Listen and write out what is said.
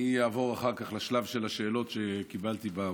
אני אעבור אחר כך לשלב של השאלות שקיבלתי בווטסאפ,